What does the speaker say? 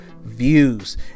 Views